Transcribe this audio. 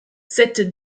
cette